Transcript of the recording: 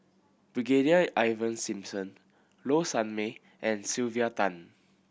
Brigadier Ivan Simson Low Sanmay and Sylvia Tan